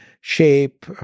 shape